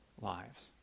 lives